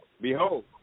Behold